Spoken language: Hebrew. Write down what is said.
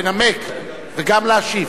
לנמק וגם להשיב?